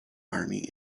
army